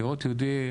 לראות יהודי,